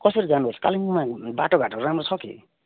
कसरी जानुपर्छ कालिम्पोङमा बाटोघाटो राम्रो छ के